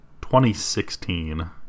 2016